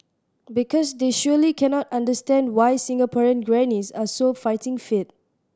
because they surely cannot understand why Singaporean grannies are so fighting fit